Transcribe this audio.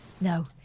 No